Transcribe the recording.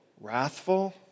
wrathful